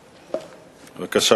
אחת.